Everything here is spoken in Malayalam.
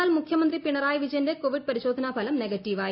എന്നാൽ മുഖ്യമന്ത്രി പിണറായി വിജയന്റെ കോവിഡ് പരിശോധനാഫലം നെഗറ്റീവ് ആയി